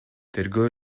тергөө